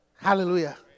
Hallelujah